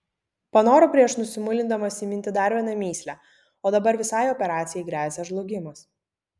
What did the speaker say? panorau prieš nusimuilindamas įminti dar vieną mįslę o dabar visai operacijai gresia žlugimas